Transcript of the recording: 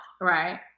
right